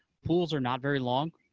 pools are not very long.